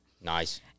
Nice